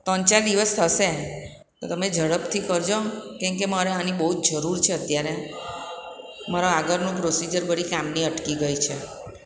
તન ચાર દિવસ થશે તો તમે ઝડપથી કરજો કેમ કે મારે આની બહુ જ જરૂર છે અત્યારે મારા આગળનું પ્રોસિજર બધી કામની અટકી ગઈ છે